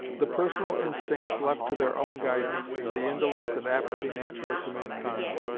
the personal instincts left to their own guidance, and the indolence and apathy natural to mankind,